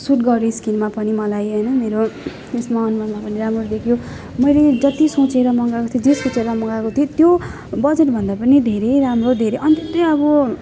suit गर्यो स्किनमा पनि मलाई होइन मेरो फेसमा अनुहारमा पनि राम्रो देखियो मैले जति सोचेर मगाएको थिएँ जे सोचेर मगाएको थिएँ त्यो बजेट भन्दा पनि धेरै राम्रो धेरै अन्त त्यो अब